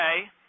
okay